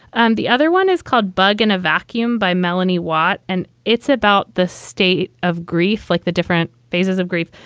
and the other one is called bug in a vacuum by melanie watt. and it's about the state of grief, like the different phases of grief,